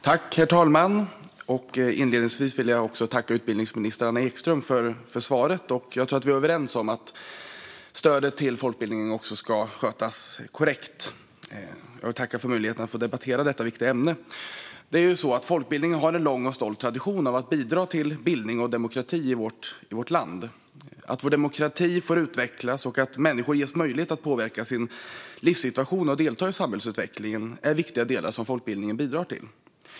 Herr talman! Inledningsvis vill jag tacka utbildningsminister Anna Ekström för svaret. Jag tror att vi är överens om att stödet till folkbildningen ska skötas korrekt. Jag vill också tacka för möjligheten att debattera detta viktiga ämne. Folkbildningen har en lång och stolt tradition av att bidra till bildning och demokrati i vårt land. Att vår demokrati får utvecklas och att människor ges möjlighet att påverka sin livssituation och delta i samhällsutvecklingen är viktiga delar som folkbildningen bidrar till.